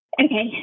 Okay